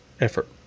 effort